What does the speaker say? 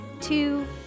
two